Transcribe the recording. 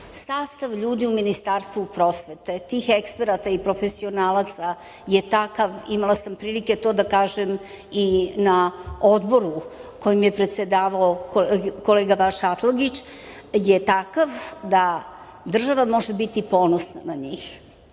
sastav ljudi u Ministarstvu prosvete, tih eksperata i profesionalaca je takav, imala sam prilike to da kažem i na Odboru kojem je predsedavao kolega Atlagić, je takav da država može biti29/2 TĐ/CGponosna na njih.